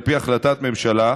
על פי החלטת ממשלה,